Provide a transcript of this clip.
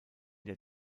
der